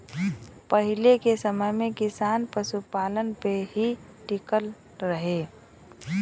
पहिले के समय में किसान पशुपालन पे ही टिकल रहे